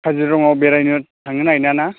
काजिरङायाव बेरायनो थांनो नागिरनाया ना